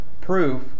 proof